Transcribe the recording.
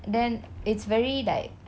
then it's very like